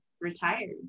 retired